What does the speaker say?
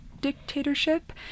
dictatorship